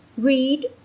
Read